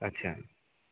अच्छा